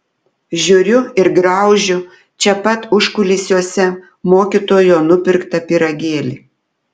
žiūriu ir graužiu čia pat užkulisiuose mokytojo nupirktą pyragėlį